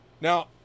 Now